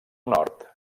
nord